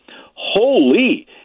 Holy